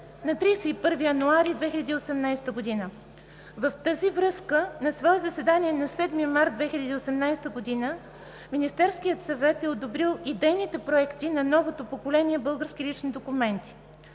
на 31 януари 2018 г. В тази връзка на свое заседание от 7 март 2018 г. Министерският съвет е одобрил идейните проекти на новото поколение български лични документи.